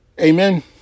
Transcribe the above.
Amen